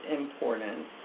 important